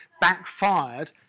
backfired